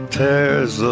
tears